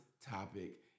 topic